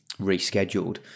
rescheduled